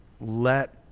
let